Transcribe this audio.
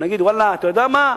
נגיד, ואללה, אתה יודע מה?